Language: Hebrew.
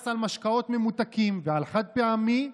מס על משקאות ממותקים ועל חד-פעמי,